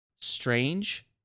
Strange